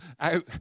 out